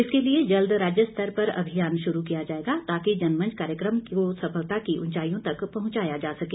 इसके लिए जल्द राज्य स्तर पर अभियान शुरू किया जाएगा ताकि जनमंच कार्यक्रम को सफलता की ऊंचाईयों तक पहुंचाया जा सके